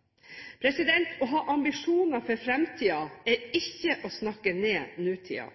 å trygge norske arbeidsplasser. Å ha ambisjoner for fremtiden er ikke å snakke ned nåtiden.